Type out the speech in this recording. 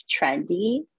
trendy